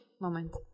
moment